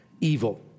evil